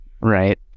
right